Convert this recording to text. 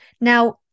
Now